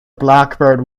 blackbird